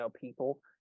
people